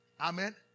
Amen